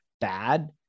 bad